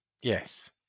Yes